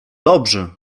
dobrzy